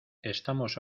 estamos